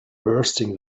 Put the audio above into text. bursting